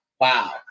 wow